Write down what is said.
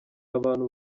abantu